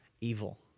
evil